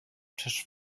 tisch